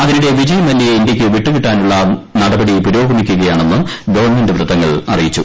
അതിനിടെ വിജയ് മല്യയെ ഇന്ത്യയ്ക്ക് വിട്ടുകിട്ടാനുള്ള നടപടി പുരോഗമിക്കുകയാണെന്ന് ഗവൺമെന്റ് വൃത്തങ്ങൾ അറിയിച്ചു